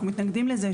אנחנו מתנגדים לזה.